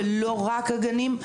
ולא רק הגנים.